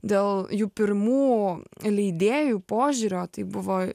dėl jų pirmų leidėjų požiūrio tai buvo